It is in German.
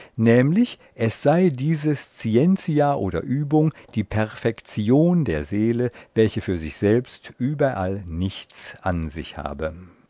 nämlich es sei diese scientia oder übung die perfektion der seele welche für sich selbst überall nichts an sich habe